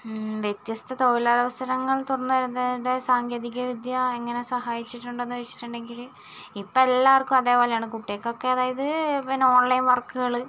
വ്യത്യസ്ത തൊഴിലവസരങ്ങൾ തുറന്നു തരുന്നതിലൂടെ സാങ്കേതിക വിദ്യ എങ്ങനെ സഹായിച്ചിട്ടുണ്ടെന്നു ചോദിച്ചിട്ടുണ്ടെങ്കിൽ ഇപ്പോഴെല്ലാവർക്കും അതേപോലെയാണ് കുട്ടികൾക്കൊക്കെ അതായത് പിന്നെ ഓൺലൈൻ വർക്കുകൾ